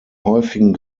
häufigen